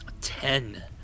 Ten